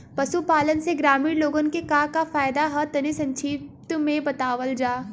पशुपालन से ग्रामीण लोगन के का का फायदा ह तनि संक्षिप्त में बतावल जा?